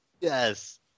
Yes